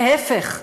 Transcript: להפך,